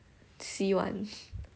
洗碗